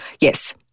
yes